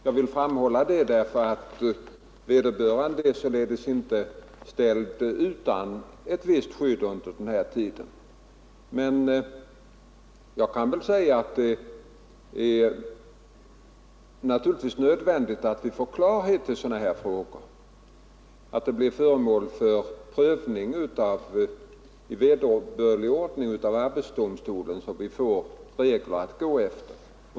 Jag vill framhålla detta för att klargöra att vederbörande således inte är ställd utan skydd under denna tid. Det är naturligtvis nödvändigt att dessa frågor blir föremål för prövning i vederbörlig ordning av arbetsdomstolen, så att vi får klara regler att gå efter.